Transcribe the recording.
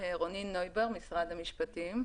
אני רני נויבואר ממשרד המשפטים.